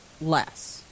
less